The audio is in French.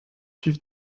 suivre